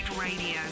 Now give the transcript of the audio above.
Radio